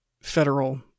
federal